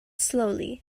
slowly